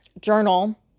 journal